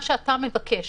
מה שאתה מבקש,